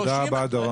תודה רבה, דורון.